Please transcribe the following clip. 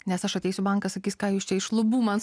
nes aš ateisiu bankas sakys ką jūs čia iš lubų man